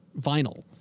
vinyl